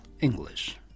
English